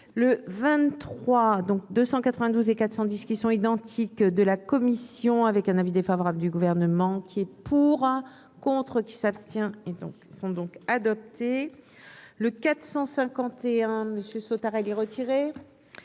Trois donc 292 et 410 qui sont identiques de la Commission, avec un avis défavorable du gouvernement qui est. Pour un contre qui s'abstient et donc son donc adopté le 451 Monsieur Sautarel retirer